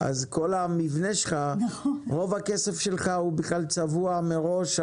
אז כל המבנה שלך, רוב הכסף שלך בכלל צבוע מראש.